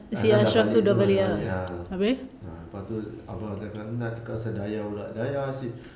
ashraf sudah balik semua sudah balik ah ah lepas itu abah cakap nak cakap pasal hidayah pula hidayah asyik